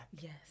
Yes